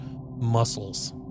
Muscles